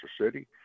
City